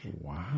Wow